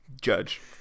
Judge